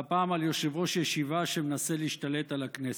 והפעם על יושב-ראש ישיבה שמנסה להשתלט על הכנסת.